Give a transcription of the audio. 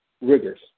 rigors